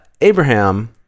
Abraham